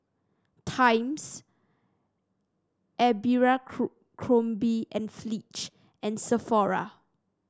Times Abercrombie And Fitch and Sephora